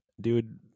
dude